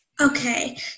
Okay